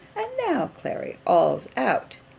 and now, clary, all's out,